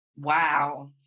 Wow